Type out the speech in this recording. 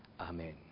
Amen